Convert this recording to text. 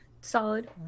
solid